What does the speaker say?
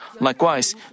Likewise